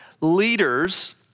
Leaders